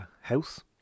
house